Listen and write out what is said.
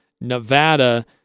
Nevada